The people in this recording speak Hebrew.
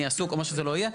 אני עסוק או מה שזה לא יהיה.